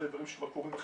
אלה דברים שקורים,